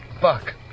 Fuck